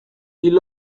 hil